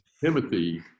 Timothy